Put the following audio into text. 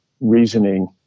reasoning